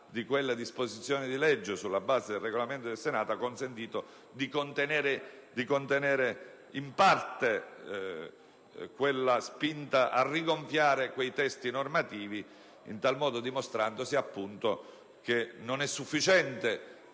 di quelle disposizioni di legge sulla base del Regolamento del Senato, ha consentito di contenere, in parte, quella spinta a rigonfiare i testi normativi. In tal modo si è dimostrato che non è sufficiente